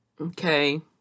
okay